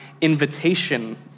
invitation